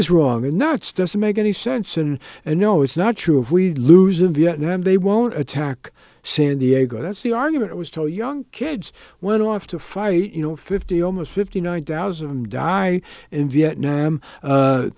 is wrong and now it's doesn't make any sense and and no it's not true if we lose in viet nam they won't attack san diego that's the argument it was tell young kids went off to fight you know fifty almost fifty nine thousand of them die in viet nam